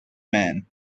man